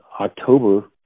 October